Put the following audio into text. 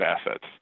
assets